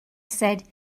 said